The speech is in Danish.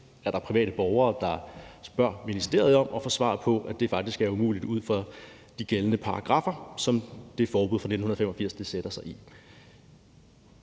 der er private borgere, der spørger ministeriet om det, og de får det svar, at det faktisk er umuligt ud fra de gældende paragraffer, som det forbud fra 1985 sætter sig i.